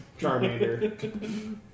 Charmander